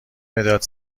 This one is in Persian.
مداد